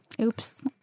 Oops